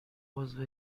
عضو